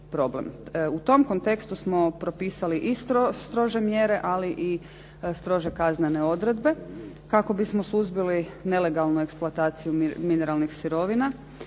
U tom kontekstu smo propisali i strože mjere ali i strože kaznene odredbe kako bismo suzbili nelegalnu eksploataciju mineralnih sirovina